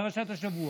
פרשת השבוע.